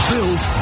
Built